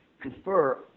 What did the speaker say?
confer